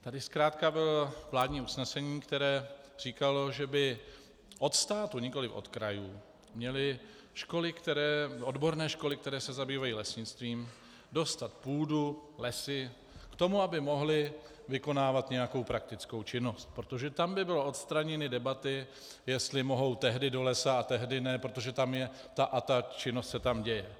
Tady bylo zkrátka vládní usnesení, které říkalo, že by od státu, nikoli od krajů, měly odborné školy, které se zabývají lesnictvím, dostat půdu, lesy k tomu, aby mohly vykonávat nějakou praktickou činnost, protože tam by byly odstraněny debaty, jestli mohou tehdy do lesa a tehdy ne, protože tam ta a ta činnost se tam děje.